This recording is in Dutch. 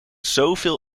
zoveel